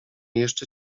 jeszcze